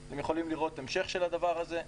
אתם יכולים לראות המשך של הדבר הזה.